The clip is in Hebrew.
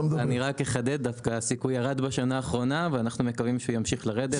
אחדד: הסיכוי ירד בשנה האחרונה ואנחנו מקווים שהוא ימשיך לרדת.